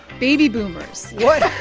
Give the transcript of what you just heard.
baby boomers what?